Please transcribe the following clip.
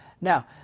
Now